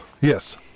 Yes